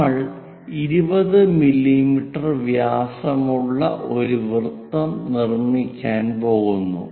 നമ്മൾ 20 മില്ലീമീറ്റർ വ്യാസമുള്ള ഒരു വൃത്തം നിർമ്മിക്കാൻ പോകുന്നു